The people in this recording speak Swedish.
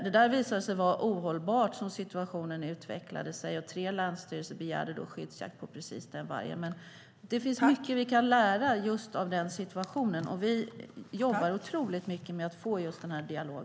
Det visade sig vara ohållbart som situationen utvecklade sig, och tre länsstyrelser begärde skyddsjakt på just den vargen. Det finns mycket att lära av den situationen. Vi jobbar mycket med att få en dialog.